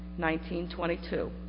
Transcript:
1922